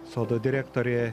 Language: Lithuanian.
sodo direktorė